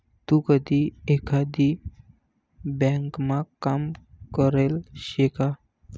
तू कधी एकाधी ब्यांकमा काम करेल शे का?